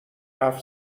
حرف